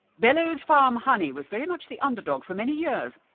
bellows farm honey was very much the underdog for many years,